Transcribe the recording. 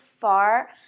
far